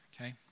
okay